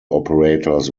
operators